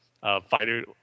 fighter